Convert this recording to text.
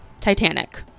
Titanic